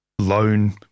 loan